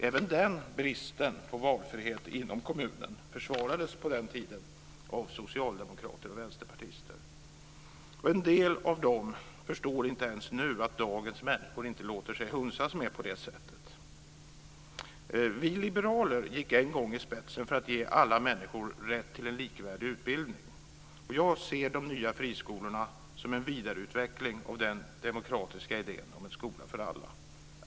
Även den bristen på valfrihet inom kommunen försvarades på den tiden av socialdemokrater och vänsterpartister. En del av dem förstår inte ens nu att dagens människor inte låter sig hunsas på det sättet. Vi liberaler gick en gång i spetsen för att ge alla människor rätt till en likvärdig utbildning. Jag ser de nya friskolorna som en vidareutveckling av den demokratiska idén om en skola för alla.